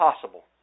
possible